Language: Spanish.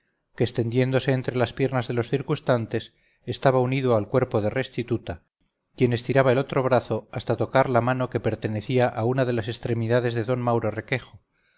extendiéndose entre las piernas de los circunstantes estaba unido al cuerpo de restituta quien estiraba el otro brazo hasta tocar la mano que pertenecía a una de las extremidades de don mauro requejo